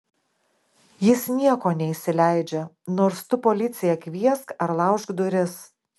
jis nieko neįsileidžia nors tu policiją kviesk ar laužk duris